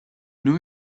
new